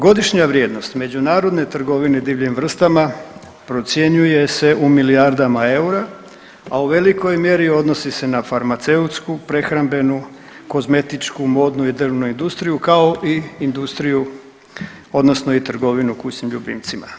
Godišnja vrijednost međunarodne trgovine divljim vrstama procjenjuje se u milijardama eura, a u velikoj mjeri odnosi se na farmaceutsku, prehrambenu, kozmetičku, modnu i drvnu industriju kao i industriju odnosno i trgovinu kućnim ljubimcima.